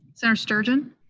senator sturgeon?